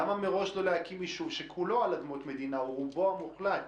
למה מראש לא הלקים יישוב שכולו על אדמות מדינה או רובו המוחלט?